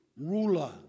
ruler